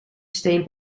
steen